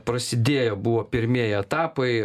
prasidėjo buvo pirmieji etapai